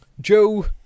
Joe